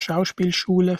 schauspielschule